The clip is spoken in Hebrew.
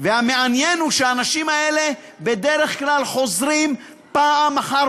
והמעניין הוא שהאנשים האלה בדרך כלל חוזרים פעם אחר